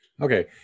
Okay